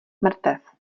mrtev